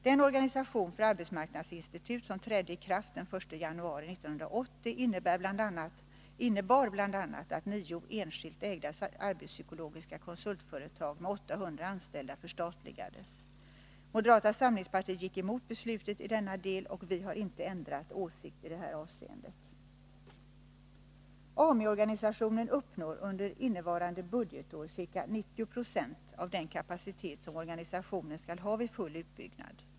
Den organisation för arbetsmarknadsinstitut som trädde i kraft den 1 januari 1980 innebar bl.a. att nio enskilt ägda arbetspsykologiska konsultföretag med 800 anställda förstatligades. Moderata samlingspartiet gick emot beslutet i denna del, och vi har inte ändrat åsikt i det avseendet. AMI-organisationen uppnår under innevarande budgetår ca 90 96 av den kapacitet som organisationen skall ha vid full utbyggnad.